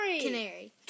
Canary